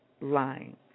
lying